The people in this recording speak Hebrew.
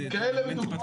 נכון